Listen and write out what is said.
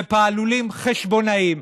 ופעלולים חשבונאיים.